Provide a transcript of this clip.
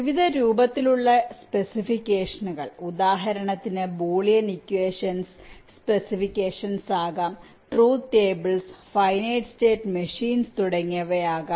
വിവിധ രൂപത്തിലുള്ള സ്പെസിഫിക്കേഷനുകൾ ഉദാഹരണത്തിന് ബൂലിയൻ ഇക്വഷൻസ് സ്പെസിഫിക്കേഷനുകൾ ആകാം truth tables finite state machines തുടങ്ങിയവ ആകാം